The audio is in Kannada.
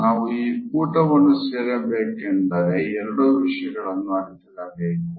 ನಾವು ಈ ಕೂಟವನ್ನು ಸೇರಬೇಕೆಂದರೆ ಎರಡು ವಿಷಯಗಳನ್ನು ಅರಿತಿರಬೇಕು